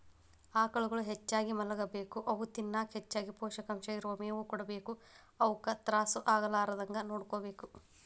ಆಕಳುಗಳು ಹೆಚ್ಚಾಗಿ ಮಲಗಬೇಕು ಅವು ತಿನ್ನಕ ಹೆಚ್ಚಗಿ ಪೋಷಕಾಂಶ ಇರೋ ಮೇವು ಕೊಡಬೇಕು ಅವುಕ ತ್ರಾಸ ಆಗಲಾರದಂಗ ನೋಡ್ಕೋಬೇಕು